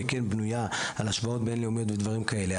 היא כן בנויה על השוואות בינלאומיות ודברים כאלה.